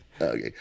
okay